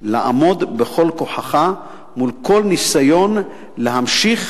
לעמוד בכל כוחך מול כל ניסיון להמשיך